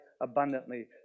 abundantly